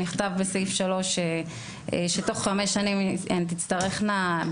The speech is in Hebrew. שנכתב בסעיף 3 שתוך חמש שנים הן תצטרכנה